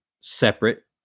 separate